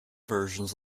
versions